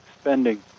spending